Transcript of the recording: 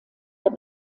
der